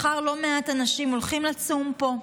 מחר לא מעט אנשים הולכים לצום פה,